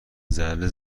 ذره